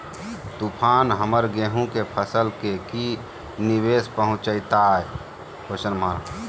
तूफान हमर गेंहू के फसल के की निवेस पहुचैताय?